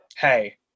hey